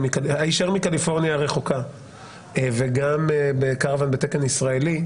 היישר מקליפורניה הרחוקה וגם בקרוואן בתקן ישראלי,